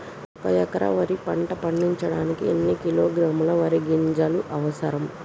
ఒక్క ఎకరా వరి పంట పండించడానికి ఎన్ని కిలోగ్రాముల వరి గింజలు అవసరం?